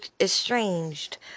estranged